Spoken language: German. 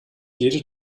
jede